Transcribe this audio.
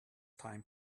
time